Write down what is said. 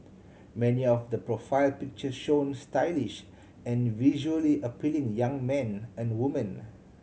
many of the profile pictures show stylish and visually appealing young men and women